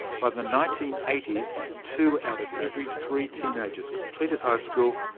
by the nineteen eighty s two out of every three teenagers completed high school,